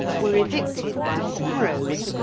were evicted by sparrows,